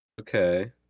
Okay